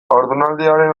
haurdunaldiaren